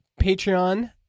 Patreon